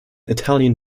italian